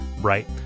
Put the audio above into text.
right